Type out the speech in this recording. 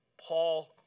Paul